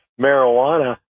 marijuana